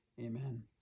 Amen